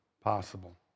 possible